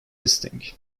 listing